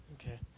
Okay